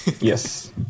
Yes